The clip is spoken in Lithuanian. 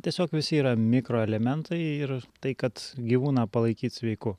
tiesiog visi yra mikroelementai ir tai kad gyvūną palaikyt sveiku